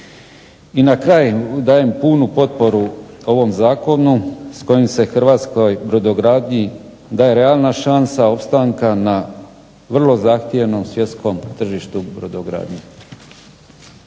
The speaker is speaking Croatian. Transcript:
I na kraju dajem punu potporu ovom zakonu s kojim se hrvatskoj brodogradnji daje realna šansa opstanka na vrlo zahtjevnom svjetskom tržištu brodogradnje.